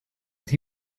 that